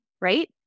right